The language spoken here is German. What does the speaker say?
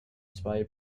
zwei